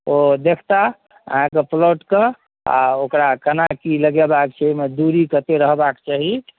ओ देखताह अहाँके प्लॉटके आ ओकरा केना की लगेबाक छै ओहिमे दूरी कतेक रहबाक चाही